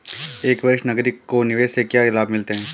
एक वरिष्ठ नागरिक को निवेश से क्या लाभ मिलते हैं?